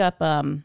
up